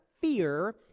fear